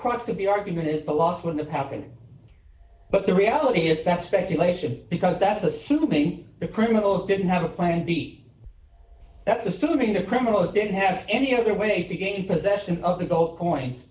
crux of the argument is the last one the pap in but the reality is that speculation because that's assuming the criminals didn't have a plan b that's assuming the criminals didn't have any other way to gain possession of the gold coins